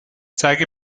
zeige